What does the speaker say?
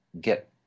get